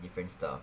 different stuff